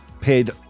paid